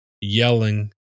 yelling